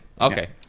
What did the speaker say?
Okay